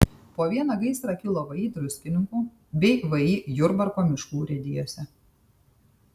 po vieną gaisrą kilo vį druskininkų bei vį jurbarko miškų urėdijose